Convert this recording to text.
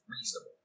reasonable